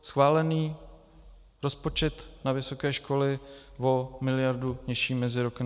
Schválený rozpočet na vysoké školy o miliardu nižší mezi rokem 2015 a 2016.